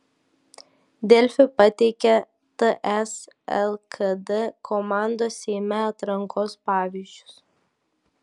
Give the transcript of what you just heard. delfi pateikia ts lkd komandos seime atrankos pavyzdžius